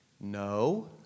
No